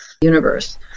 universe